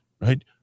right